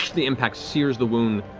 the impact sears the wound.